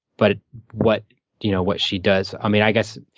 but what you know what she does, i mean, i guess,